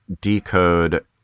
decode